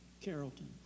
Carrollton